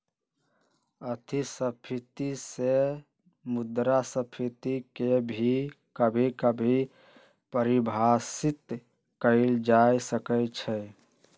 अतिस्फीती से मुद्रास्फीती के भी कभी कभी परिभाषित कइल जा सकई छ